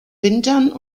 wintern